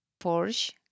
Porsche